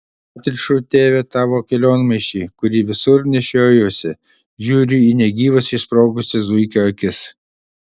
atrišu tėve tavo kelionmaišį kurį visur nešiojuosi žiūriu į negyvas išsprogusias zuikio akis